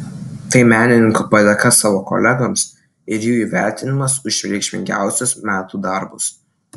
tai menininkų padėka savo kolegoms ir jų įvertinimas už reikšmingiausius metų darbus